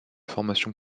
formation